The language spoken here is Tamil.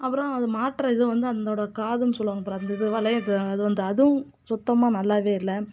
அப்புறம் அது மாட்டுற இதுவும் வந்து அதோட காதுன்னு சொல்லுவாங்க பார் அந்த இது வளையத்தை அது வந்து அதுவும் சுத்தமாக நல்லாவே இல்ல